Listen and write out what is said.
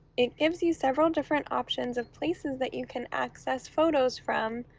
it gives you several different options of places that you can access photos from,